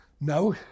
No